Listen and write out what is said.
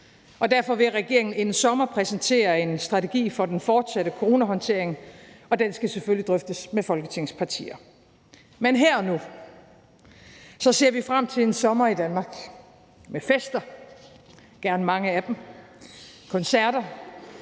Derfor vil regeringen inden sommer præsentere en strategi for den fortsatte coronahåndtering, og den skal selvfølgelig drøftes med Folketingets partier. Men her og nu ser vi frem til en sommer i Danmark med fester – gerne mange af dem – koncerter,